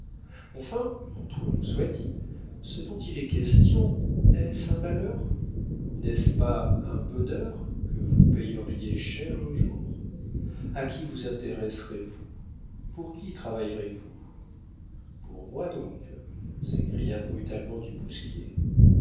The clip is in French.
enfin entre nous soit dit ce dont il est question est-ce un malheur n'est-ce pas un bonheur que vous payeriez cher un jour a qui vous intéresserez vous pour qui travaillerez vous pour moi donc s'écria brutalement du bousquier